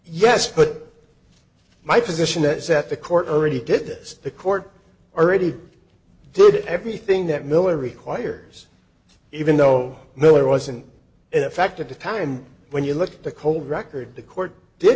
yes but my position that set the court already did this the court already did everything that miller requires even though no it wasn't in effect at the time when you look at the cole record the court did